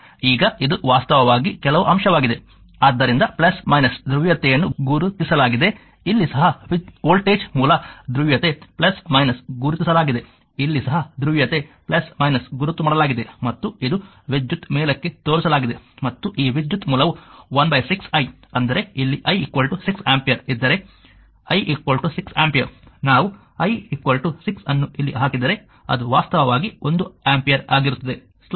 ಈಗ ಇದು ವಾಸ್ತವವಾಗಿ ಕೆಲವು ಅಂಶವಾಗಿದೆ ಆದ್ದರಿಂದ ಧ್ರುವೀಯತೆಯನ್ನು ಗುರುತಿಸಲಾಗಿದೆ ಇಲ್ಲಿ ಸಹ ವೋಲ್ಟೇಜ್ ಮೂಲ ಧ್ರುವೀಯತೆ ಗುರುತಿಸಲಾಗಿದೆ ಇಲ್ಲಿ ಸಹ ಧ್ರುವೀಯತೆ ಗುರುತು ಮಾಡಲಾಗಿದೆ ಮತ್ತು ಇದು ವಿದ್ಯುತ್ ಮೇಲಕ್ಕೆ ತೋರಿಸಲಾಗಿದೆ ಮತ್ತು ಈ ವಿದ್ಯುತ್ ಮೂಲವು 1 6 I ಅಂದರೆ ಇಲ್ಲಿ I 6 ಆಂಪಿಯರ್ ಇದ್ದರೆ I 6 ಆಂಪಿಯರ್ ನಾವು I 6 ಅನ್ನು ಇಲ್ಲಿ ಹಾಕಿದರೆ ಅದು ವಾಸ್ತವವಾಗಿ 1 ಆಂಪಿಯರ್ ಆಗಿರುತ್ತದೆ